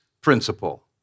principle